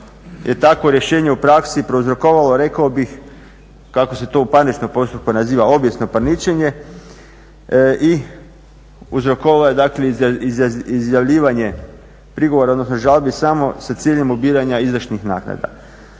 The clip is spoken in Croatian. takvo rješenje u praksi prouzrokovalo rekao bih, kako se to u parničnom postupku naziva obijesno parničenje i uzrokovao je dakle izjavljivanje prigovora odnosno žalbi samo sa ciljem lobiranja izdašnih naknada.